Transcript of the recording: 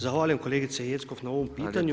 Zahvaljujem kolegice Jeckov na ovome pitanju.